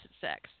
sex